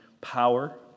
power